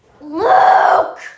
Luke